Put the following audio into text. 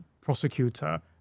prosecutor